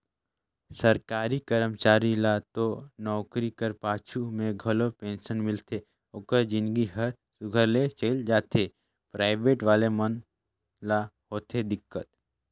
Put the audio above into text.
सरकारी करमचारी ल तो नउकरी कर पाछू में घलो पेंसन मिलथे ओकर जिनगी हर सुग्घर ले चइल जाथे पराइबेट वाले मन ल होथे दिक्कत